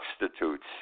substitutes